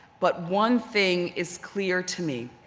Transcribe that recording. but one thing is clear to me.